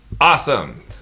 awesome